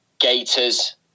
gators